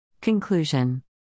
Conclusion